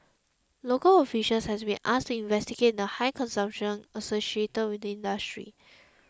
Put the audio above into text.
local officials have been asked to investigate the high consumption associated with the industry